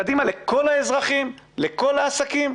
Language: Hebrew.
קדימה לכל האזרחים ולכל העסקים?